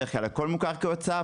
בדרך כלל הכל מוכר כהוצאה.